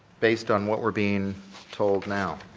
based on what we're being told now.